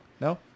No